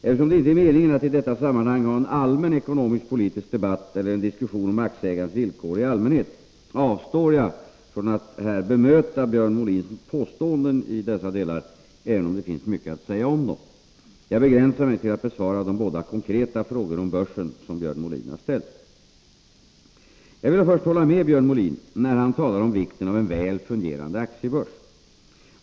Eftersom det inte är meningen att i detta sammanhang ha en allmän ekonomisk-politisk debatt eller en diskussion om aktieägandets villkor i allmänhet, avstår jag från att här bemöta Björn Molins påståenden i dessa delar, även om det finns mycket att säga om dem. Jag begränsar mig till att besvara de båda konkreta frågor om börsen som Björn Molin har ställt. Jag vill då först hålla med Björn Molin när han talar om vikten av en väl fungerande aktiebörs.